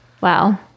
Wow